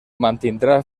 mantindrà